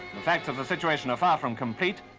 the facts of the situation are far from complete.